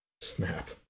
Snap